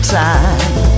time